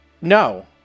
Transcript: No